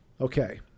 Okay